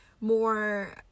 more